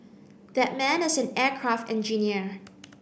that man is an aircraft engineer